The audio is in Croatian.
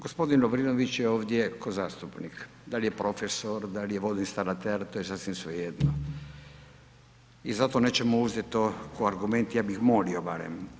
Gospodin Lovrinović je ovdje ko zastupnik, da li je profesor, da li je vodoinstalater to je sasvim svejedno i zato nećemo uzeti to ko argument i ja bih molio barem.